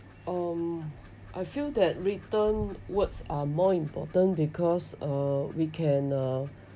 um I feel that written words are more important because uh we can uh